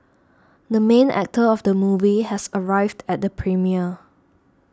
the main actor of the movie has arrived at the premiere